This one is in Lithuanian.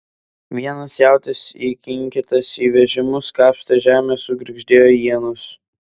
vienas jautis įkinkytas į vežimus kapstė žemę sugirgždėjo ienos